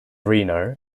reno